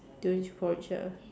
Teochew porridge ah